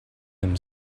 him